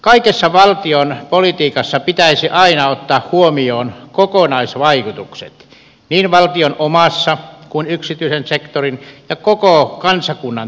kaikessa valtion politiikassa pitäisi aina ottaa huomioon kokonaisvaikutukset niin valtion omassa kuin yksityisen sektorin ja koko kansakunnan toiminnassa